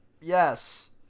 Yes